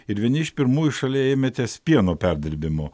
ir vieni iš pirmųjų šalyje ėmėtės pieno perdirbimo